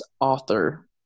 author